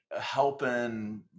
helping